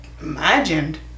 imagined